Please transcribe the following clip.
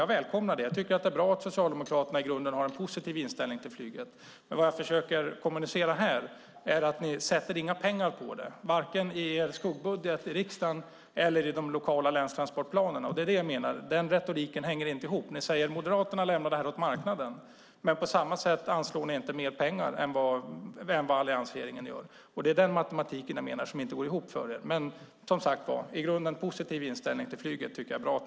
Jag välkomnar det, jag tycker att det är bra att Socialdemokraterna i grunden har en positiv inställning till flyget. Men jag vad försöker kommunicera här är att ni inte avsätter några pengar för det, varken i skuggbudget i riksdagen eller i de lokala länstransportplanerna. Vad jag menar är att den retoriken inte hänger ihop. Ni säger att Moderaterna lämnar det åt marknaden, men samtidigt anslår ni inte mer pengar än vad alliansregeringen gör. Den matematiken menar jag inte går ihop. Som sagt tycker jag att det är bra att ni har en i grunden positiv inställning till flyget.